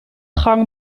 gang